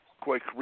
quick